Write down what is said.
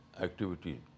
activity